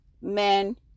men